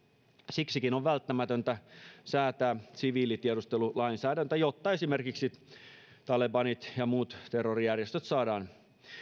siksikin on välttämätöntä säätää siviilitiedustelulainsäädäntö jotta esimerkiksi talebanit ja muut terrorijärjestöt saadaan